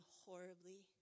horribly